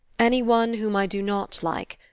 any one whom i do not like.